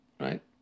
Right